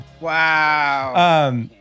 Wow